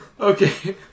Okay